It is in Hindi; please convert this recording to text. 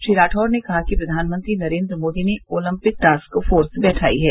श्री राठौर ने कहा कि प्रधानमंत्री नरेन्द्र मोदी ने ओलंपिक टास्क फोर्स बैठाई है